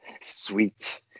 Sweet